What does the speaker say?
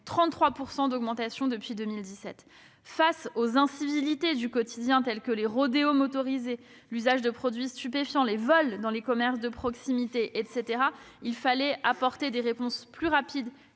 une augmentation de 33 % depuis 2017. Face aux incivilités du quotidien, tels les rodéos motorisés, l'usage de produits stupéfiants ou les vols dans les commerces de proximité, il fallait apporter des réponses plus rapides